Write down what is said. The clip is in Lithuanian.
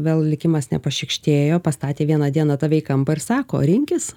vėl likimas nepašykštėjo pastatė vieną dieną tave į kampą ir sako rinkis